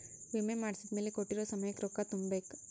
ವಿಮೆ ಮಾಡ್ಸಿದ್ಮೆಲೆ ಕೋಟ್ಟಿರೊ ಸಮಯಕ್ ರೊಕ್ಕ ತುಂಬ ಬೇಕ್